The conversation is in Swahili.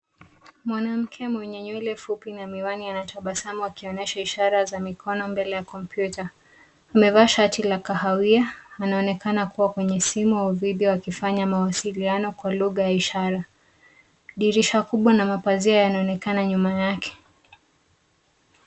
Mwanamke mwenye nywele fupi na miwani anatabasamu akionyesha ishara za mikono mbele ya kompyuta. Amevaa shati ya kahawia, anaonekana kuwa kwenye simu au video akifanya mawasiliano kwa lugha ya ishara. Dirisha kubwa na mapazia yanaonekana nyuma yake.